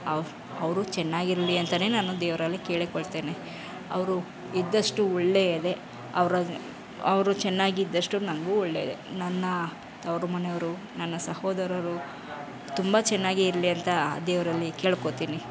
ಅವು ಅವರು ಚೆನ್ನಾಗಿರಲಿ ಅಂತಲೇ ನಾನು ದೇವರಲ್ಲಿ ಕೇಳಿಕೊಳ್ತೇನೆ ಅವರು ಇದ್ದಷ್ಟು ಒಳ್ಳೆಯದೇ ಅವರ ಅದು ಅವರು ಚೆನ್ನಾಗಿದ್ದಷ್ಟು ನನಗೂ ಒಳ್ಳೆಯದೇ ನನ್ನ ತವರು ಮನೆಯವರು ನನ್ನ ಸಹೋದರರು ತುಂಬ ಚೆನ್ನಾಗಿರಲಿ ಅಂತ ಆ ದೇವರಲ್ಲಿ ಕೇಳ್ಕೊಳ್ತೀನಿ